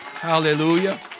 Hallelujah